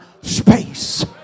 space